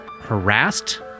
harassed